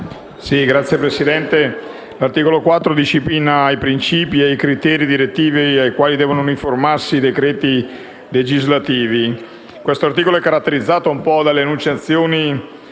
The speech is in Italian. l'articolo 4 disciplina i principi e i criteri direttivi a cui devono uniformarsi i decreti legislativi. Tale articolo è caratterizzato da enunciazioni